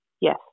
Yes